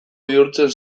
bihurtzen